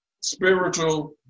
spiritual